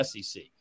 SEC